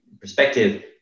perspective